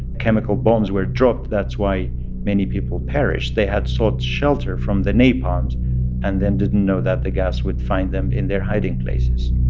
chemical bombs were dropped, that's why many people perished. they had sought shelter from the napalm and and then didn't know that the gas would find them in their hiding places